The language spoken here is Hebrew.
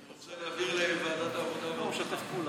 אני רוצה להעביר לוועדת העבודה והרווחה.